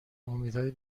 امیدهای